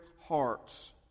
hearts